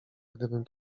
gdybym